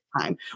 time